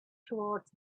towards